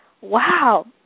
Wow